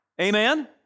Amen